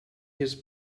his